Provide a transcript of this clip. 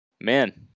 man